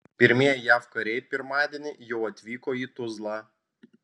pirmieji jav kariai pirmadienį jau atvyko į tuzlą